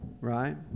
right